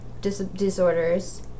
disorders